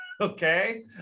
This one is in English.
okay